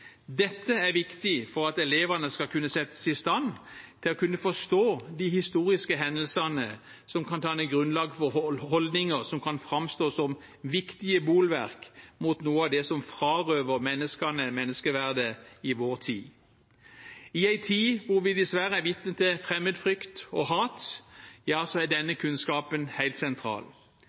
Dette er viktig for at elevene skal settes i stand til å kunne forstå de historiske hendelsene som kan danne grunnlag for holdninger som kan framstå som viktige bolverk mot noe av det som frarøver menneskene menneskeverdet i vår tid. I en tid da vi dessverre er vitne til fremmedfrykt og hat, er denne kunnskapen helt sentral.